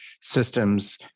systems